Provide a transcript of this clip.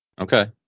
Okay